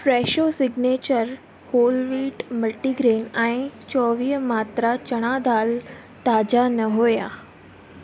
Fresho signature whole wheat multigrain ऐं चौवीह मात्रा चणा दालि ताज़ा न हुया